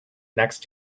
next